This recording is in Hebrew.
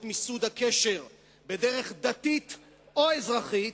את מיסוד הקשר בדרך דתית או אזרחית,